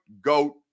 GOAT